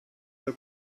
zur